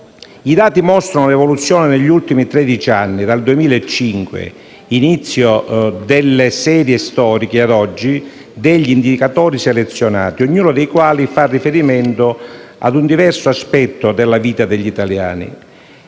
I dati mostrano l'evoluzione negli ultimi tredici anni, dal 2005 (inizio delle serie storiche) ad oggi, degli indicatori selezionati, ognuno dei quali fa riferimento a un diverso aspetto della vita degli italiani.